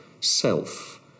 self